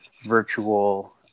virtual